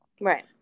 Right